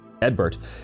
Edbert